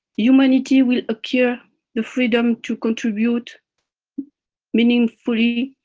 humanity will acquire the freedom to contribute meaningfully,